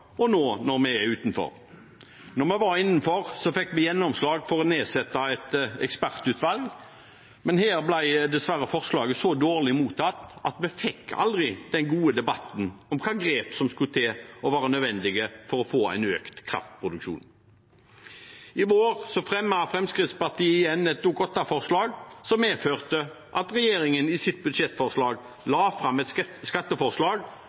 og nå, når vi er utenfor. Da vi var innenfor, fikk vi gjennomslag for å nedsette et ekspertutvalg, men her ble dessverre forslaget så dårlig mottatt at vi aldri fikk den gode debatten om hvilke grep som skal til, og som er nødvendige for å få en økt kraftproduksjon. I vår fremmet Fremskrittspartiet igjen et Dokument 8-forslag som medførte at regjeringen i sitt budsjettforslag la fram et skatteforslag